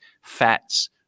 fats